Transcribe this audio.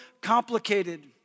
complicated